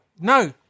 No